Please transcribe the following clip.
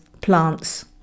plants